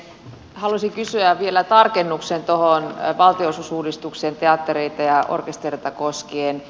haluaisin kysyä vielä tarkennuksen valtionosuusuudistuksesta teattereita ja orkestereita koskien